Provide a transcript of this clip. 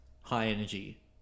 high-energy